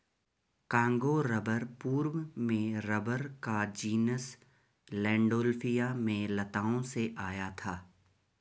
Congo rubber पूर्व में rubber का जीनस लैंडोल्फिया में लताओं से आया था